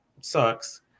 sucks